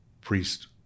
priest